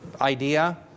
idea